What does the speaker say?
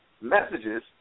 messages